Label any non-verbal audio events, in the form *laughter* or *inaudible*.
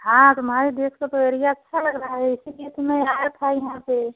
हाँ तुम्हारे देश का तो एरिया अच्छा लग रहा है इसी लिए तो मैं *unintelligible* आई वहाँ पर